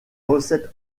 recettes